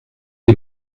les